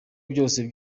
byose